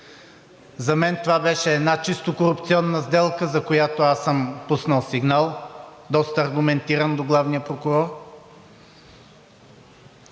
За мен това беше една чисто корупционна сделка, за която аз съм пуснал сигнал, доста аргументиран, до главния прокурор.